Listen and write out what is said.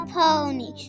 pony